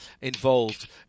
involved